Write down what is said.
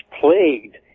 plagued